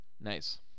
Nice